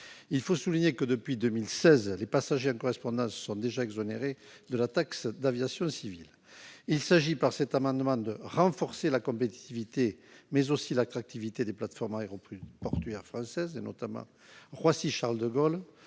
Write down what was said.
Il faut souligner que, depuis 2016, les passagers en correspondance sont déjà exonérés de la taxe d'aviation civile. Il s'agit, par cet amendement, de renforcer la compétitivité, mais aussi l'attractivité des plateformes aéroportuaires françaises, notamment Roissy-Charles-de-Gaulle,